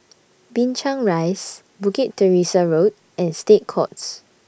Binchang Rise Bukit Teresa Road and State Courts